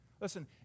Listen